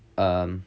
um